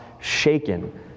shaken